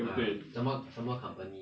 uh 什么什么 company